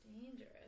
Dangerous